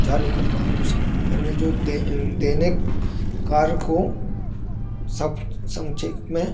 चालू करता हूँ उस फिर मैं जो देनिक कार्य को संक्षेप में